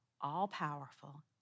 all-powerful